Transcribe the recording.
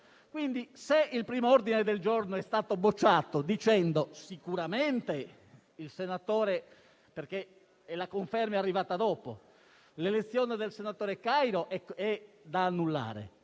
Quindi il primo ordine del giorno è stato bocciato, dicendo, perché la conferma è arrivata dopo, che l'elezione del senatore Cairo è da annullare.